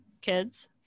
kids